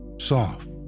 soft